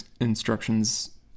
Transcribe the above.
instructions